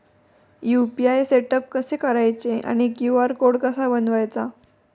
UPI setup कसे करायचे आणि क्यू.आर कोड कसा बनवायचा?